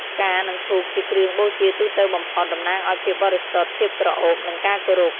ផ្កា និងធូប ជាគ្រឿងបូជាទូទៅបំផុត តំណាងឱ្យភាពបរិសុទ្ធ ភាពក្រអូប និងការគោរព។